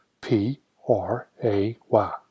P-R-A-Y